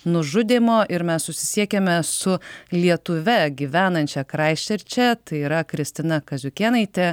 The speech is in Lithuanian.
nužudymo ir mes susisiekėme su lietuve gyvenančia kraisčerče tai yra kristina kaziukėnaitė